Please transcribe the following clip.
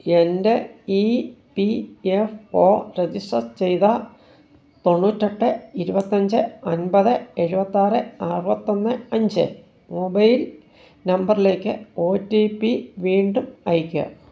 എന്റെ E P F O register ചെയ്ത തൊണ്ണൂ ട്ടേ ഇരുവത്തഞ്ചേ അമ്പതേറ്റി എട്ട് എഴുപത്തി ആറ് അറുപത്തി ഒന്ന് അഞ്ച് മൊബൈൽ നമ്പറിലേക്ക് ഓ റ്റീ പ്പി വീണ്ടും അയയ്ക്കുക